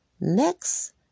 Next